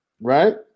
Right